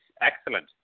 excellent